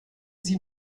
sie